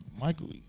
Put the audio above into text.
Michael